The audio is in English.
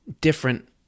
different